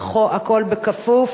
הכול כפוף